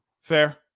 fair